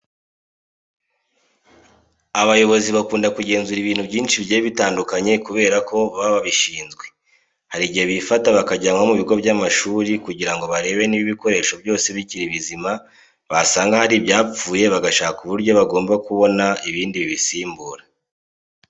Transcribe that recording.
Abayobozi bakunda kugenzura ibintu byinshi bigiye bitandukanye kubera ko baba babishinzwe. Hari igihe bifata bakajya nko mu bigo by'amashuri kugira ngo barebe niba ibikoresho byose bikiri bizima, basanga hari ibyapfuye bagashaka uburyo bagomba kubona ibindi bibisimbura.